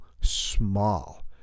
small